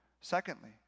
Secondly